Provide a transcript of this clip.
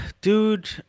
dude